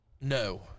No